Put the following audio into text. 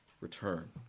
return